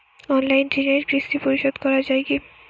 Online ঋণের কিস্তি পরিশোধ করা যায় কি?